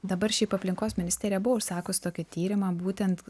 dabar šiaip aplinkos ministerija buvo užsakius tokį tyrimą būtent